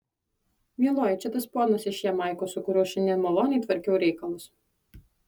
mieloji čia tas ponas iš jamaikos su kuriuo šiandien maloniai tvarkiau reikalus